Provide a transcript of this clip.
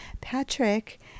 Patrick